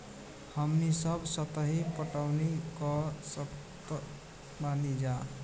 हमनी सब सतही पटवनी क सकतऽ बानी जा